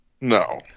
No